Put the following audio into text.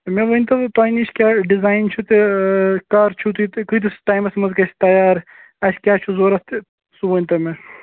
مےٚ ؤنۍتو تۄہہِ نِش کیٛاہ ڈِزایِن چھُ تہٕ کَر چھُو تُہۍ تہٕ کۭتِس ٹایمَس منٛز گژھِ تَیار اَسہِ کیٛاہ چھُ ضروٗرت تہٕ سُہ ؤنۍتو مےٚ